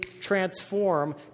transform